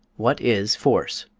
what is force?